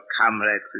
Comrade